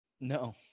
No